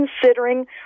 considering